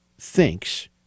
thinks